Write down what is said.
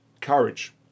courage